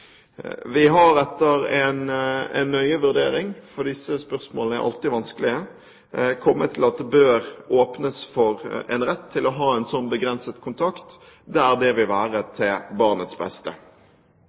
Vi har etter en nøye vurdering – for disse spørsmålene er alltid vanskelige – kommet til at det bør åpnes for en rett til å ha en begrenset kontakt der det vil være